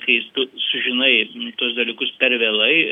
kai tu sužinai tuos dalykus per vėlai